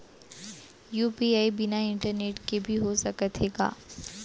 UPI बिना internet के भी हो सकत हे का?